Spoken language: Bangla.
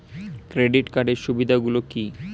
ক্রেডিট কার্ডের সুবিধা গুলো কি?